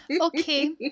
okay